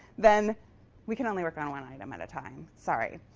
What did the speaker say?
then we can only work on one item at a time. sorry.